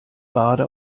barde